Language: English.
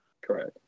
correct